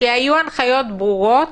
כשהיו הנחיות ברורות,